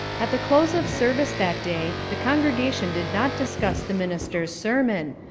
at the close of service that day, the congregation did not discuss the minister's sermon,